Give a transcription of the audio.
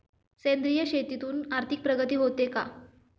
सेंद्रिय शेतीतून आर्थिक प्रगती होते का?